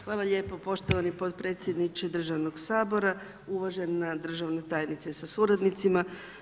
Hvala lijepo poštovani potpredsjedniče državnog Sabora, uvažena državna tajnice sa suradnicima.